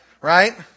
right